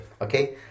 okay